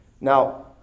now